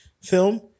film